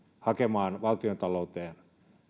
hakemaan valtiontalouteen